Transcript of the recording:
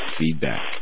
feedback